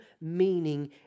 meaning